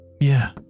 Yeah